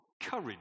Courage